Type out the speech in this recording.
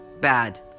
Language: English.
bad